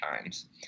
times